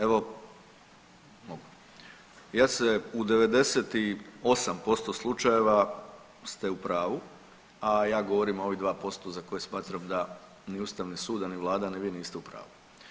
Evo ja se u 98% slučajeva ste u pravu, a ja govorim o ovih 2% za koje smatram da ni ustavni sud, ni vlada, a ni vi niste u pravu.